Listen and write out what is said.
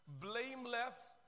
blameless